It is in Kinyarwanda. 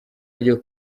ryo